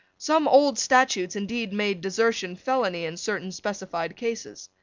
some old statutes indeed made desertion felony in certain specified cases.